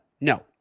no